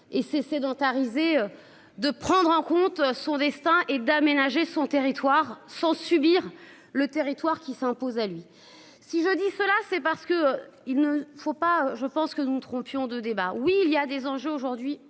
Et s'est sédentarisé. De prendre en compte son destin et d'aménager son territoire sans subir le territoire qui s'impose à lui. Si je dis cela, c'est parce que il ne faut pas je pense que nous ne trompe ions de débats. Oui il y a des enjeux aujourd'hui